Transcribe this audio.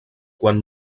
quan